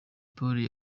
polly